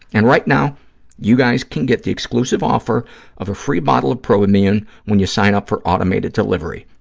and right now you guys can get the exclusive offer of a free bottle of probimune when you sign up for automated delivery.